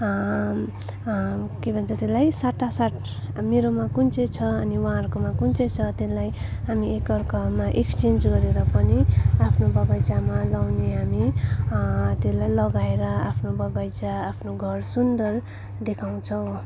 के भन्छ त्यसलाई साटासाट मेरोमा कुन चाहिँ छ अनि उहाँहरूकोमा कुन चाहिँ छ त्यसलाई हामी एक अर्कामा एक्सचेन्ज गरेर पनि आफ्नो बगैँचामा लगाउने हामी त्यसलाई लगाएर आफ्नो बगैँचा आफ्नो घर सुन्दर देखाउँछौँ